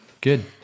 good